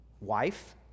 Wife